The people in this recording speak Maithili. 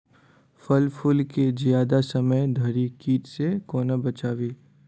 फल फुल केँ जियादा समय धरि कीट सऽ कोना बचाबी?